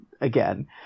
again